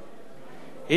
היא שקיבלה החלטה,